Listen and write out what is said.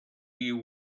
you